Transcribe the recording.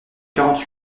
quarante